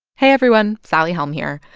hey, everyone. sally helm here.